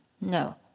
No